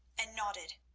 and nodded.